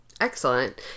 Excellent